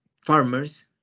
farmers